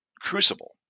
crucible